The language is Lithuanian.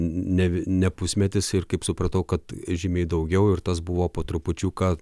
ne ne pusmetis ir kaip supratau kad žymiai daugiau ir tas buvo po trupučiuką